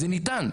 זה ניתן.